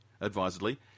advisedly